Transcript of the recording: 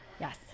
yes